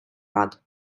рад